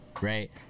right